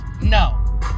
No